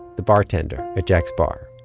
the bartender at jack's bar,